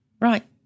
Right